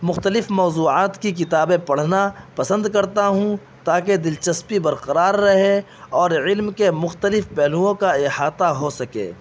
مختلف موضوعات کی کتابیں پڑھنا پسند کرتا ہوں تاکہ دلچسپی برقرار رہے اور علم کے مختلف پہلوؤں کا احاطہ ہو سکے